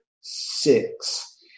Six